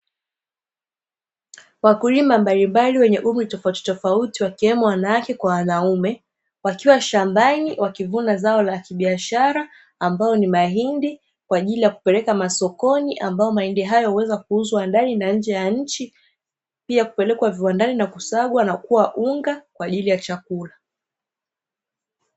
Wakulima mbalimbali wenye umri tofauti tofauti wakiwemo wanawake kwa wanaume, wakiwa shambani wakivuna zao la kibiashara ambalo ni mahindi, kwa ajili ya kupeleka masokoni, ambao mahindi hayo huweza kuuzwa ndani na nje ya nchi, pia kupelekwa viwandani na kusagwa na kuwa unga kwa ajili ya chakula.